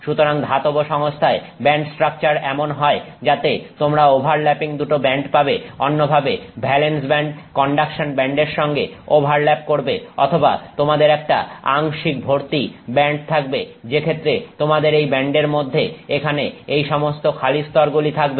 সুতরাং ধাতব সংস্থায় ব্যান্ড স্ট্রাকচার এমন হয় যাতে হয় তোমরা ওভারল্যাপিং দুটো ব্যান্ড পাবে অন্যভাবে ভ্যালেন্স ব্যান্ড কন্ডাকশন ব্যান্ডের সঙ্গে ওভারল্যাপ করবে অথবা তোমাদের একটা আংশিক ভর্তি ব্যান্ড থাকবে যেক্ষেত্রে তোমাদের একই ব্যান্ডের মধ্যে এখানে এইসমস্ত খালি স্তরগুলি থাকবে